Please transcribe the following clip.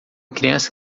criança